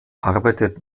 arbeitet